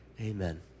Amen